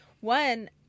One